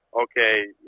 okay